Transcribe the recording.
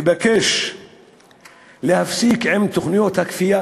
אבקש להפסיק עם תוכניות הכפייה